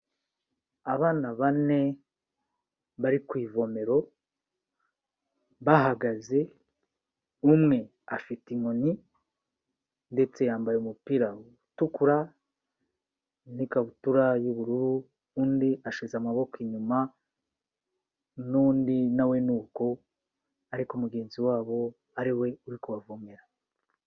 Abana bane bari ku ivomero bahagaze, umwe afite inkoni ndetse yambaye umupira utukura n'ikabutura y'ubururu, undi ashize amaboko inyuma n'undi na we ni uko ariko mugenzi wabo ari we uri kubavomera.